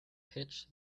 pitch